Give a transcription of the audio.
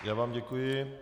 Já vám děkuji.